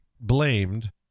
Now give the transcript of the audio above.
blamed